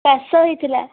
କାଶ ହେଇଥିଲା